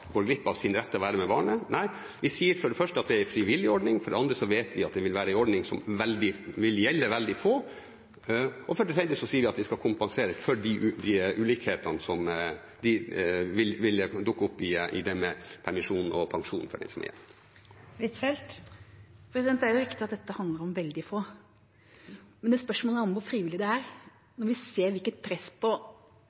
være en frivillig ordning, for det andre vet vi at dette vil være en ordning som vil gjelde veldig få, og for det tredje sier vi at vi skal kompensere for de ulikhetene som vil dukke opp når det gjelder permisjon og pensjon for dem som er hjemme. Det er riktig at dette handler om veldig få, men spørsmålet er hvor frivillig det er,